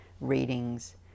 readings